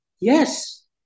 yes